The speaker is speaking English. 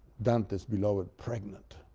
dante's beloved, pregnant,